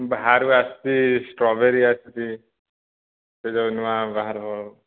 ବାହାରୁ ଆସୁଛି ଷ୍ଟ୍ରବେରି ଆସୁଛି ସେ ଯେଉଁ ନୂଆ ବାହାରୁ